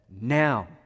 now